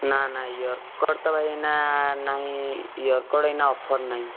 ନା ନା ear cord ତ ଭାଇ ଏଇନା ନାହିଁ ଇୟର୍ କର୍ଡ଼ ତ ଏଇନା ଅଫର୍ ନାହିଁ